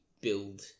build